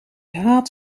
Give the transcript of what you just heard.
haat